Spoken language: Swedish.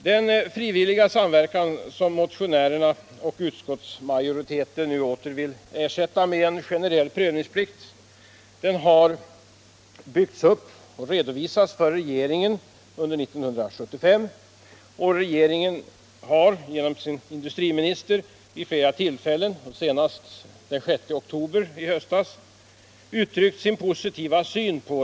Denna frivilliga samverkan, som motionärerna och utskottsmajoriteten nu åter vill ersätta med en generell prövningsplikt, har byggts upp och redovisats för regeringen under 1975. Genom industriministern har regeringen vid flera tillfällen, senast den 6 oktober 1975, uttryckt sin positiva syn.